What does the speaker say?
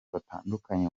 batandukanye